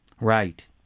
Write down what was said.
Right